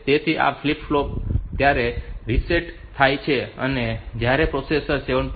તેથી આ flip flop ત્યારે રીસેટ થાય છે કે જ્યારે પ્રોસેસર 7